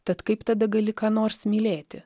tad kaip tada gali ką nors mylėti